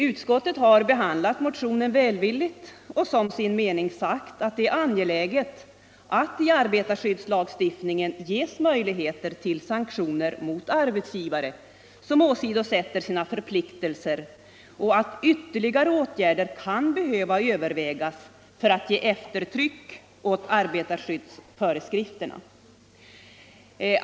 Utskottet har behandlat motionen välvilligt och som sin mening sagt att det är angeläget att i arbetarskyddslagstiftningen ges möjligheter till sanktioner mot arbetsgivare som åsidosätter sina förpliktelser och att ytterligare åtgärder kan behöva övervägas för att ge eftertryck åt arbetarskyddsföreskrifterna.